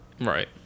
Right